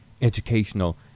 educational